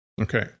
Okay